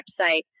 website